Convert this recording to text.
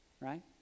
right